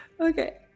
Okay